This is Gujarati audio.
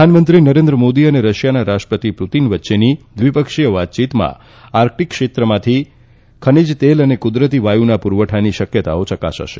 પ્રધાનમંંત્રી નરેન્દ્ર મોદી અને રશિયાના વડા પુતીન વચ્ચેની દ્વીપક્ષીય વાતચીતમાં આર્કટીક ક્ષેત્રમાંથી ખનીજ તેલ અને કુદરતી વાયુના પુરવઠાની શક્યતા ચકાસાશે